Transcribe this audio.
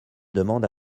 demande